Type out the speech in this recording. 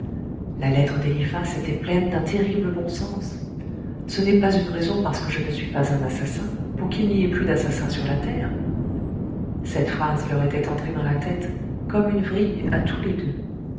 la lettre d'eliphas était pleine d'un terrible bon sens ce n'est pas une raison parce que je ne suis pas un assassin pour qu'il n'ait plus d'assassins sur la terre cette phrase leur était entrée dans la tête comme une vrille à tous les deux